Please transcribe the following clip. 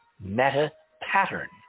meta-pattern